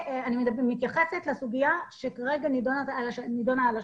אני מתייחסת לסוגיה שכרגע נדונה כאן.